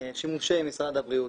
שימושי משרד הבריאות,